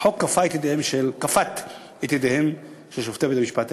החוק כפת את ידיהם של שופטי בית-המשפט העליון.